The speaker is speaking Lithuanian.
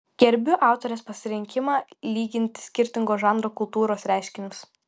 gerbiu autorės pasirinkimą lyginti skirtingo žanro kultūros reiškinius